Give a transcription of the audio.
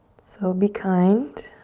so be kind.